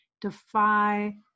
defy